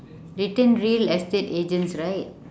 written real estate agents right